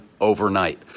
overnight